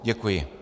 Děkuji.